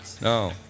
No